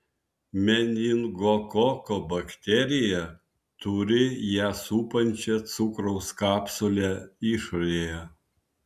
meningokoko bakterija turi ją supančią cukraus kapsulę išorėje